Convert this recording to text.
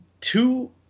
two